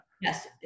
Yes